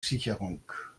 sicherung